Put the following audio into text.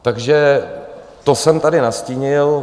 Takže to jsem tady nastínil.